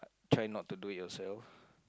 try not to do it yourself